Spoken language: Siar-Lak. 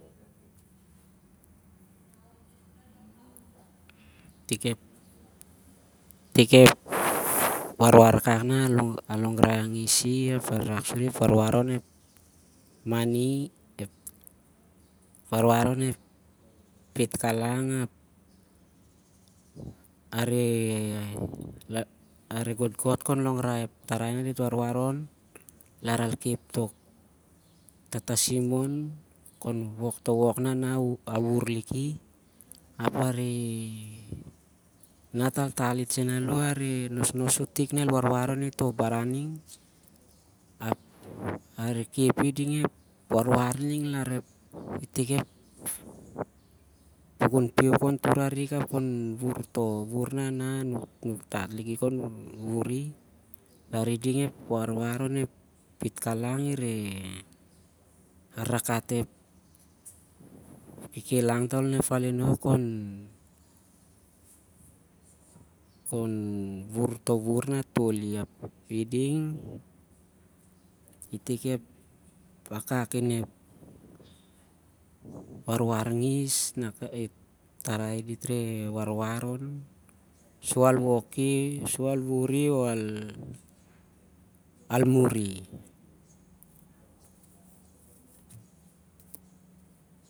Tik ep warwar akak na longrai angis ep warwar on ep pitkalang ap areh gotgot khon longrai ep tarai nah- dit warwar on- lar- al khep tok tatasim on- khon wok toh wuvur na wuvur liki. Ap areh na taltal itsen aloh, ap areh nosnos sur tik na el reh khep iding toh- warwar ning larep pukun piu khon khon tur- arik ap- toh wuvur na- ana anuk tat liki khon wuvuri lari i- i- iding ep warwar onep pitkalang. ireh rarakat ep kikilang tah an falinok khon wuvur toh wuvur na toli api iding toh warwar ngis na ep tarai dit warwar on- sur al wuvuri o- al- muri.